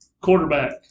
Quarterback